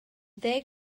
ddeng